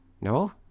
No